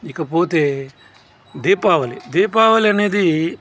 ఇకపోతే దీపావళి దీపావళి అనేది